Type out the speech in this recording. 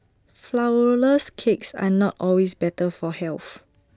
Flourless Cakes are not always better for health